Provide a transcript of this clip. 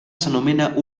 s’anomena